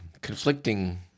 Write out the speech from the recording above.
conflicting